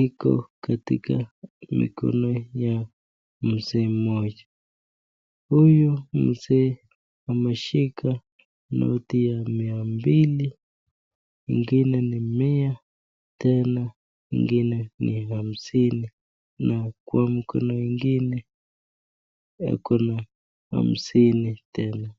iko katika mikono ya mzee mmoja. Huyu mzee ameshika noti ya mia mbili, ingine ni mia tena ingine ni hamsini. Na kwa mkono ingine kuna hamsini tena.